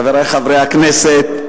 חברי חברי הכנסת,